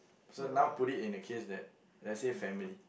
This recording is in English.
so now put it in a case that let's say family